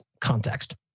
context